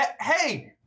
hey